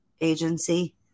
agency